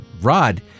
Rod